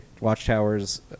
watchtowers